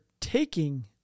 taking